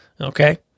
Okay